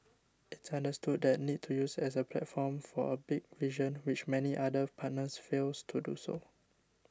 it's understood the need to use as a platform for a big vision which many other partners fails to do